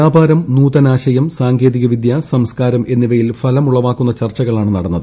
വ്യാപാരം നൂതനാശയം സാങ്കേതിക വിദ്യ സംസ്ക്കാരം എന്നിവയിൽ ഫലമുളവാക്കുന്ന ചർച്ചകളാണ് നടന്നത്